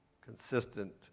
consistent